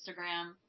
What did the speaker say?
Instagram